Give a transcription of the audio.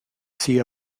see